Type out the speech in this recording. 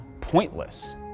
pointless